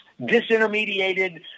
disintermediated